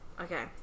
Okay